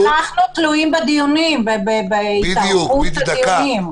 אבל אנחנו תלויים בדיונים, בהתארכות הדיונים.